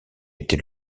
était